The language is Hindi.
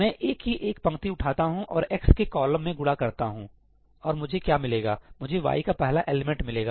मैं A की एक पंक्ति उठाता हूं और x के कॉलम में गुणा करता हूं और मुझे क्या मिलेगा मुझे y का पहला एलिमेंट मिलेगा